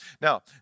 Now